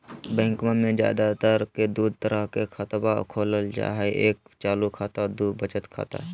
बैंकवा मे ज्यादा तर के दूध तरह के खातवा खोलल जाय हई एक चालू खाता दू वचत खाता